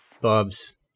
bubs